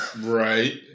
Right